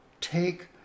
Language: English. take